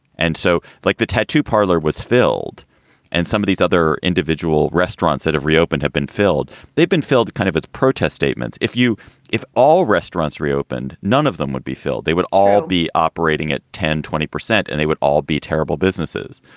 and so, like, the tattoo parlor was filled and some of these other individual restaurants that have reopened have been filled. they've been filled kind of its protest statements. if you if all restaurants reopened, none of them would be filled. they would all be operating at ten, twenty percent, and they would all be terrible businesses.